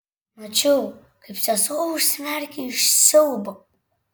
mačiau kaip sesuo užsimerkia iš siaubo